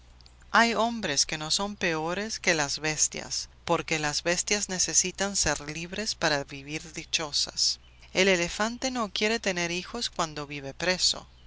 hay hombres que son peores que las bestias porque las bestias necesitan ser libres para vivir dichosas el elefante no quiere tener hijos cuando vive preso